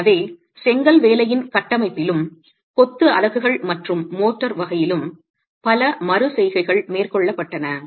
எனவே செங்கல் வேலையின் கட்டமைப்பிலும் கொத்து அலகுகள் மற்றும் மோர்ட்டார் வகையிலும் பல மறு செய்கைகள் மேற்கொள்ளப்பட்டன